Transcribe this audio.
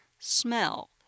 smell